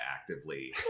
actively